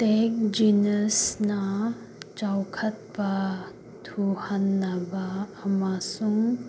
ꯇꯦꯛ ꯖꯤꯅꯁꯅ ꯆꯥꯎꯈꯠꯄ ꯊꯨꯍꯟꯅꯕ ꯑꯃꯁꯨꯡ